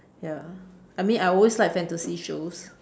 ya I mean I always like fantasy shows